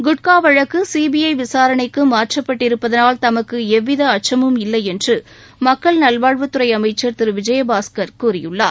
குட்கா வழக்கு சிபிஐ விசரணைக்கு மாற்றப்பட்டிருப்பதனால் தமக்கு எவ்வித அச்சமும் இல்லை என்று மக்கள் நல்வாழ்வுத்துறை அமைச்சர் திரு விஜயபாஸ்கர் கூறியுள்ளார்